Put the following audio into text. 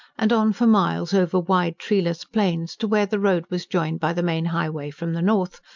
and on for miles over wide, treeless plains, to where the road was joined by the main highway from the north,